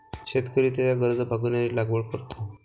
शेतकरी त्याच्या गरजा भागविण्यासाठी लागवड करतो